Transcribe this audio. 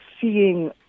seeing